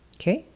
okay.